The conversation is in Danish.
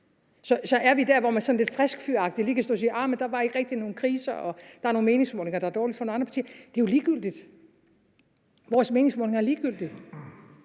Så er vi der, hvor man sådan lidt friskfyragtigt lige kan stå og sige, at der ikke rigtig var nogen kriser, og der er nogle meningsmålinger, der er dårlige for nogle andre partier? Det er jo ligegyldigt; vores meningsmålinger er ligegyldige.